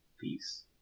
Peace